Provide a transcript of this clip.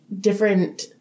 different